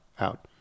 out